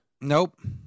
Nope